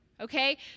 Okay